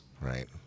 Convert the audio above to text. right